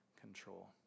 control